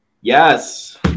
Yes